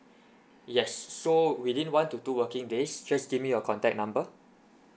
yes so within one to two working days just give me your contact number